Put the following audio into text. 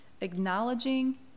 acknowledging